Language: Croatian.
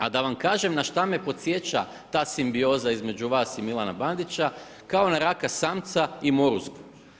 A da vam kažem na šta me podsjeća ta simbioza između vas i Milana Bandića, kao na raka samca i moruzgvu.